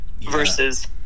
versus